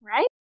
Right